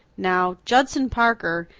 now, judson parker,